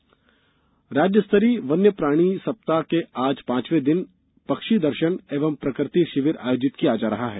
वन्यप्राणी सप्ताह राज्य स्तरीय वन्यप्राणी सप्ताह के आज पांचवें दिन आज पक्षी दर्शन एवं प्रकृति शिविर आयोजित किया जा रहा है